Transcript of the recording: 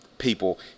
people